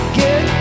get